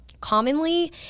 commonly